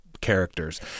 characters